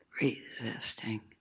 resisting